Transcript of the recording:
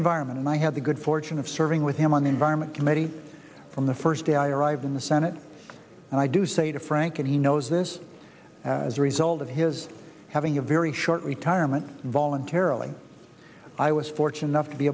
environment and i had the good fortune of serving with him on the environment committee from the first day i arrived in the senate and i do say to frank and he knows this as a result of his having a very short retirement voluntarily i was fortunate enough to be